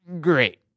great